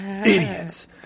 Idiots